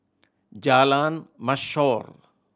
Jalan Mashor